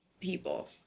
people